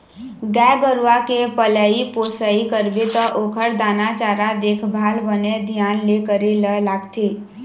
गाय गरूवा के पलई पोसई करबे त ओखर दाना चारा, देखभाल बने धियान ले करे ल लागथे